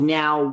now